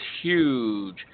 huge